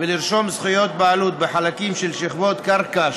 ולרשום זכויות בעלות בחלקים של שכבות קרקע שונות.